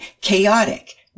chaotic